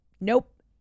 Nope